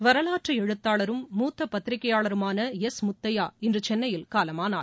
வரவாற்று எழுத்தாளரும் மூத்த பத்திரிகையாளருமான எஸ் முத்தையா இன்று செசன்னையில் காலமானார்